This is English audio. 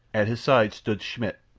at his side stood schmidt.